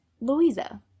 Louisa